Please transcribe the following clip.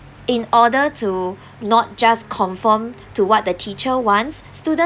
in order to not just confirmed to what the teacher wants student